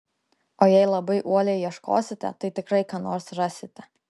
o jei labai uoliai ieškosite tai tikrai ką nors rasite